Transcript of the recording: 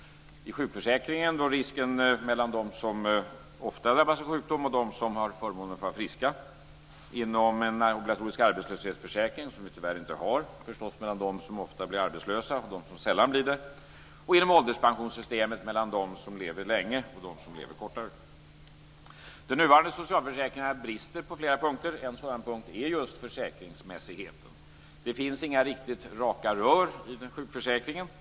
I sjukförsäkringen gäller det risken mellan dem som ofta drabbas av sjukdom och dem som har förmånen att vara friska, inom den obligatoriska arbetslöshetsförsäkringen - som vi tyvärr inte har - handlar det om dem som ofta blir arbetslösa och dem som sällan blir det samt inom ålderspensionssystemet gäller det dem som lever länge och dem som lever kortare tid. De nuvarande socialförsäkringarna brister på flera punkter. En sådan punkt är just försäkringsmässigheten. Det finns inga riktigt raka rör i sjukförsäkringen.